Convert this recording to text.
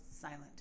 silent